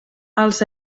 els